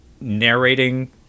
narrating